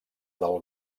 del